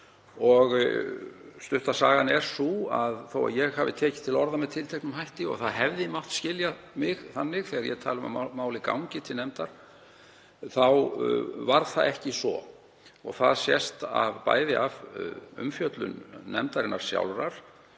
Stutta sagan er sú að þótt ég hafi tekið til orða með tilteknum hætti, og það hefði mátt skilja mig þannig, þegar ég talaði um að málið gengi til nefndar, þá var það ekki svo. Það sést bæði af umfjöllun nefndarinnar sjálfrar